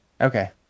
Okay